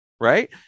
Right